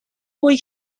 away